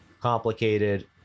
complicated